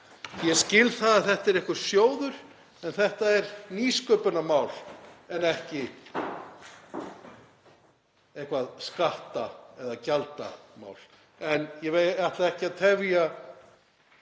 Ég skil að þetta er einhver sjóður en þetta er nýsköpunarmál en ekki eitthvað skatta- eða gjaldamál. Ég ætla ekki að tefja